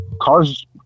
cars